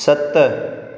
सत